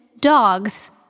dogs